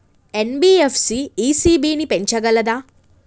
NBFC ECB ని పెంచగలదా?